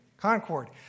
concord